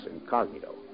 incognito